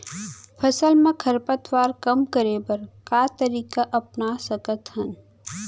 फसल मा खरपतवार कम करे बर का तरीका अपना सकत हन?